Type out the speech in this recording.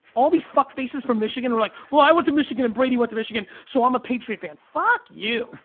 all these fuck face from michigan are like, well i went to michigan, and brady went to michigan, so i'm a patriot fan. fuck you,